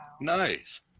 Nice